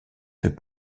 fait